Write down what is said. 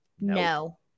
No